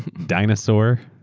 dinosaur,